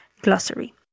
Glossary